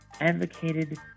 advocated